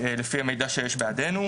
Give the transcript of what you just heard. אספנו מידע על החלטה מספר 4439